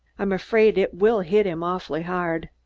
i'm afraid it will hit him awfully hard.